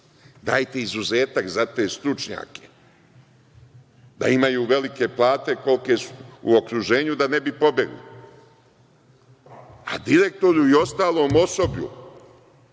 Dajte izuzetak za te stručnjake, da imaju velike plate kolike su u okruženju da ne bi pobegli. A direktoru i ostalom osoblju